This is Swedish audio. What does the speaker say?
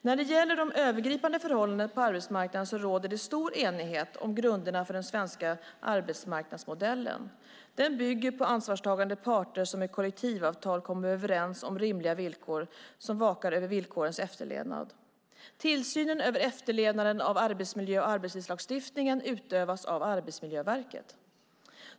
När det gäller de övergripande förhållandena på arbetsmarknaden råder det stor enighet om grunderna för den svenska arbetsmarknadsmodellen. Den bygger på ansvarstagande parter som i kollektivavtal kommer överens om rimliga villkor och som vakar över villkorens efterlevnad. Tillsyn över efterlevnaden av arbetsmiljö och arbetstidslagstiftningen utövas av Arbetsmiljöverket.